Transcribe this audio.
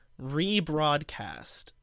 rebroadcast